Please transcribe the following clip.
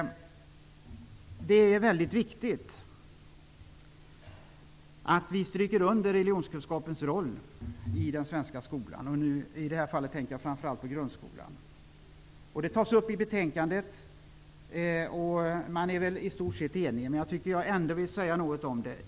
Det är mycket viktigt att vi stryker under religionskunskapens roll i den svenska skolan. I det här fallet tänker jag framför allt på grundskolan. Det tas upp i betänkandet, och det föreligger i stort sett enighet.